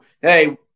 hey –